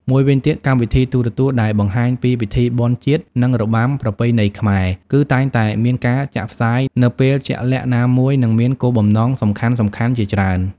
មួយវិញទៀត កម្មវិធីទូរទស្សន៍ដែលបង្ហាញពីពិធីបុណ្យជាតិ និងរបាំប្រពៃណីខ្មែរ គឺតែងតែមានការចាក់ផ្សាយនៅពេលជាក់លាក់ណាមួយ និងមានគោលបំណងសំខាន់ៗជាច្រើន។